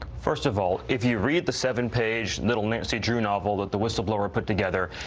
first of all, if you read the seven-page, little nancy drew novel that the whistleblower put together,